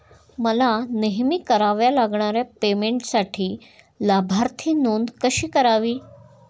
मला नेहमी कराव्या लागणाऱ्या पेमेंटसाठी लाभार्थी नोंद कशी करावी?